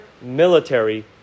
military